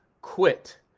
Quit